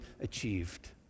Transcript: achieved